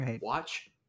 watch